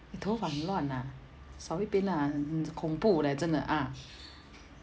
你头发很乱啊扫一边啦很恐怖 leh 真的啊